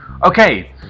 Okay